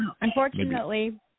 unfortunately